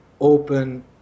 open